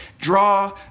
draw